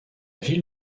ville